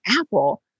Apple